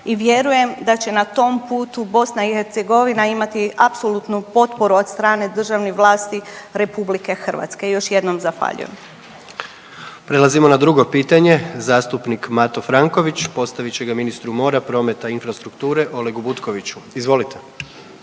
i vjerujem da će na tom putu BiH imati apsolutnu potporu od strane državne vlasti RH. Još jednom zahvaljujem. **Jandroković, Gordan (HDZ)** Prelazimo na drugo pitanje. Zastupnik Mato Franković postavit će ga ministru mora, prometa i infrastrukture, Olegu Butkoviću. Izvolite.